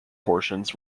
portions